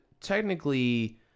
technically